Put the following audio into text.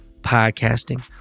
podcasting